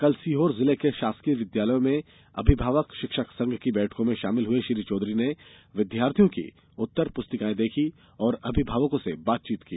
कल सीहोर जिले के शासकीय विद्यालयों में अभिभावक शिक्षक संघ की बैठकों में शामिल हुए श्री चौधरी ने विद्यार्थियों की उत्तर पुस्तिकाएँ देखीं और अभिभावकों से बातचीत की